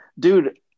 Dude